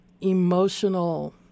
emotional